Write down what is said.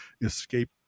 escape